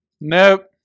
Nope